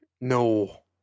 No